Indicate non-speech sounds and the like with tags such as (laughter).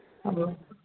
(unintelligible)